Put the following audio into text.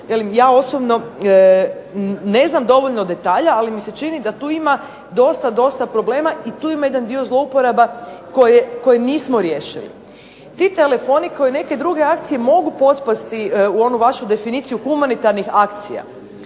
ja osobno ne znam dovoljno detalja ali mi se čini da tu ima dosta, dosta problema i tu ima jedan dio zlouporaba koje nismo riješili. Ti telefoni kao i neke druge akcije mogu potpasti u onu vašu definiciju humanitarnih akcija